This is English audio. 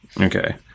Okay